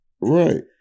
Right